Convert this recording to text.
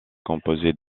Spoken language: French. composée